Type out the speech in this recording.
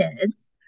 kids